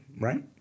right